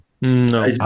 No